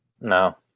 No